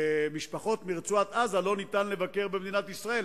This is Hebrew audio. למשפחות מרצועת-עזה לא ניתן לבקר במדינת ישראל,